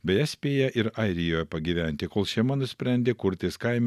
beje spėję ir airijoje pagyventi kol šeima nusprendė kurtis kaime